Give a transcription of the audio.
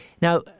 Now